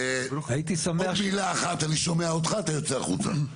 עוד מילה אחת אני שומע אותך אתה יוצא החוצה,